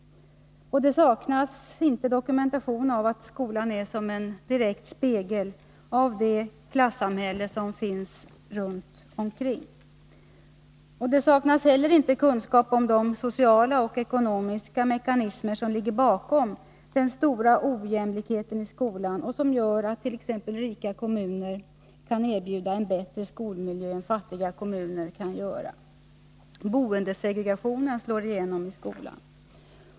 Det saknas inte dokumentation av att skolan är som en direkt spegel av det klassamhälle som finns runt omkring. Det saknas heller inte kunskap om de ekonomiska och sociala mekanismer som ligger bakom den stora ojämlikheten i skolan och som gör attt.ex. rika kommuner kan erbjuda en bättre skolmiljö än fattiga kommuner kan göra. Boendesegregationen slår igenom i skolan.